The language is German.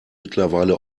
mittlerweile